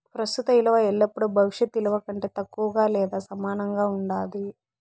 ప్రస్తుత ఇలువ ఎల్లపుడూ భవిష్యత్ ఇలువ కంటే తక్కువగా లేదా సమానంగా ఉండాది